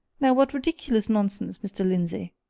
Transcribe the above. now, what ridiculous nonsense, mr. lindsey!